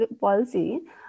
policy